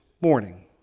morning